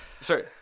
Sorry